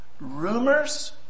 rumors